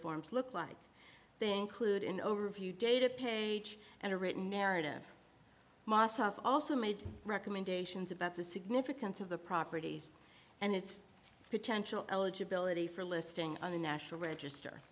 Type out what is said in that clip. forms look like they include an overview day to page and a written narrative also made recommendations about the significance of the properties and its potential eligibility for listing on the national register